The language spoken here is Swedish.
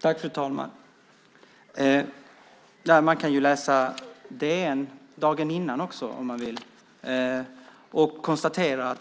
Fru talman! Man kan också läsa DN dagen innan om man vill och då konstatera